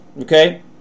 okay